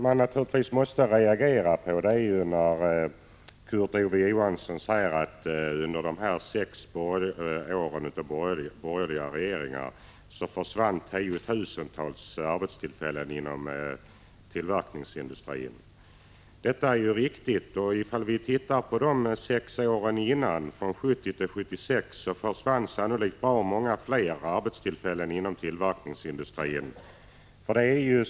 Kurt Ove Johansson säger att under de sex åren under borgerliga regeringar försvann tiotusentals arbetstillfällen inom tillverkningsindustrin. Detta är riktigt. Under de sex åren dessförinnan, 1970-1976, försvann sannolikt många fler arbetstillfällen inom tillverkningsindustrin.